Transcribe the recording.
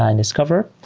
and discover.